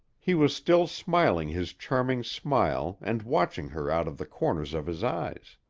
he was still smiling his charming smile and watching her out of the corners of his eyes.